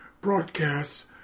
broadcasts